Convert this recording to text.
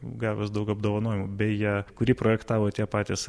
gavęs daug apdovanojimų beje kurį projektavo tie patys